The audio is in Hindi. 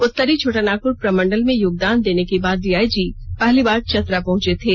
उत्तरी छोटानागपुर प्रमंडल में योगदान देने के बाद डीआईजी पहली बार चतरा पहुंचे थे